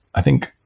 i think,